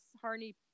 Harney